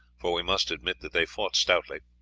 for we must admit that they fought stoutly.